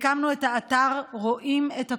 הקמנו את האתר "רואים את הקולות".